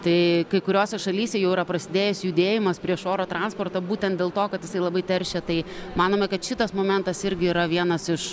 tai kai kuriose šalyse jau yra prasidėjęs judėjimas prieš oro transportą būtent dėl to kad jisai labai teršia tai manome kad šitas momentas irgi yra vienas iš